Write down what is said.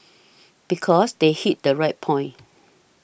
because they hit the right point